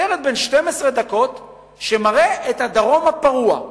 סרט בן 12 דקות שמראה את הדרום הפרוע,